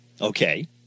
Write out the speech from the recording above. Okay